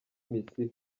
misiyo